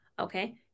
okay